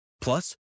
Plus